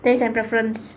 taste and preference